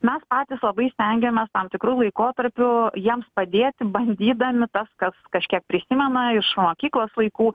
mes patys labai stengiamės tam tikru laikotarpiu jiems padėti bandydami tas kas kažkiek priimama iš mokyklos laikų